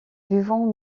vivant